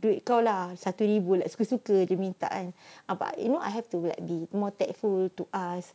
duit kau lah satu ribu macam suka suka jer nak minta kan abang you know I have to be like more tactful to us